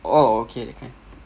oh okay that kind